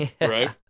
Right